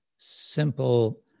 Simple